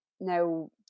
Now